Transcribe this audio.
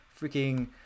freaking